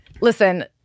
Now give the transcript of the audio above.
listen